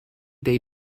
they